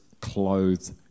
clothed